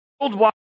Worldwide